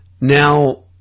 Now